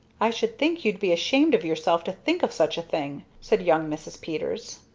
i should think you'd be ashamed of yourself to think of such a thing! said young mrs. peters.